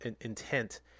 intent